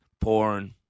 porn